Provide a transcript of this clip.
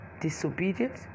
disobedient